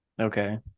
Okay